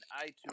iTunes